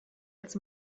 als